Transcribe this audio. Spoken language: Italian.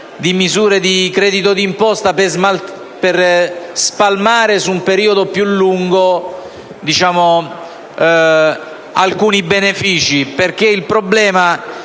di misure di credito d’imposta per spalmare su un periodo piu lungo alcuni benefici,